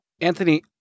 Anthony